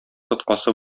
тоткасы